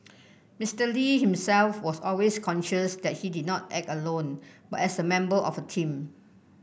Mister Lee himself was always conscious that he did not act alone but as a member of a team